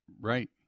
Right